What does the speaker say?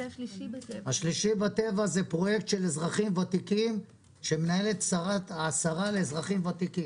"שלישי בטבע" הוא פרויקט של אזרחים ותיקים שמנהלת השרה לאזרחים ותיקים.